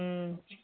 ꯎꯝ